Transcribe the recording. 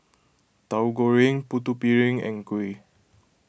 Tauhu Goreng Putu Piring and Kuih